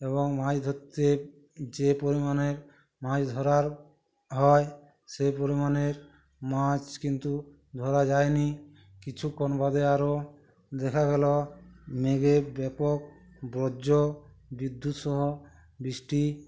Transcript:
এবং মাছ ধরতে যে পরিমাণের মাছ ধরার হয় সেই পরিমাণের মাছ কিন্তু ধরা যায় নি কিছুক্ষণ বাদে আরো দেখা গেলো মেঘের ব্যাপক বর্জ বিদ্যুৎসহ বৃষ্টি